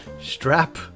strap